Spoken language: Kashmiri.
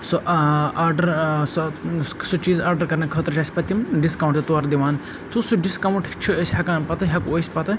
سُہ ٲں آرڈر ٲں سُہ سُہ چیٖز آرڈَر کَرنہٕ خٲطرٕ چھِ اسہِ پَتہٕ تِم ڈِسکاوُنٛٹ تہِ تورٕ دِوان تہٕ سُہ ڈِسکاوُنٛٹ چھِ أسۍ ہیٚکان پَتہٕ ہیٚکو أسۍ پَتہٕ